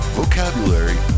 vocabulary